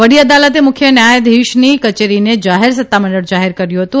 વડી અદાલતે મુખ્ય ન્યાયાધીશની કચેરીને જાહેર સત્તામંડળ જાહેર કર્યું હતું